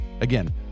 Again